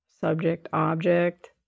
subject-object